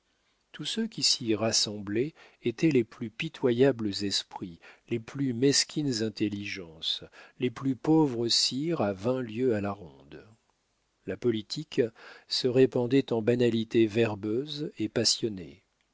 tous ceux qui s'y rassemblaient étaient les plus pitoyables esprits les plus mesquines intelligences les plus pauvres sires à vingt lieues à la ronde la politique se répandait en banalités verbeuses et passionnées